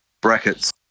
Brackets